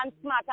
smart